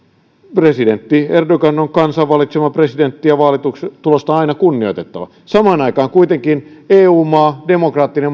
presidentti erdogan on kansan valitsema presidentti ja vaalitulosta on aina kunnioitettava samaan aikaan kuitenkin eu maa irlannin demokraattisen